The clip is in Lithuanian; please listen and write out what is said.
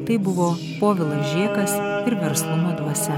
tai buvo povilas žėkas ir verslumo dvasia